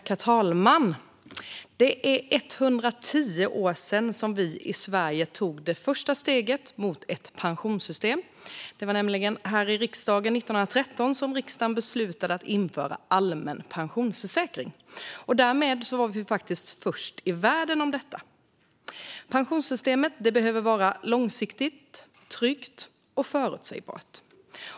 Herr talman! Det är 110 år sedan vi i Sverige tog det första steget mot ett pensionssystem. Det var 1913 som riksdagen beslutade att införa allmän pensionsförsäkring. Därmed var vi först i världen. Pensionssystemet behöver vara långsiktigt, tryggt och förutsägbart.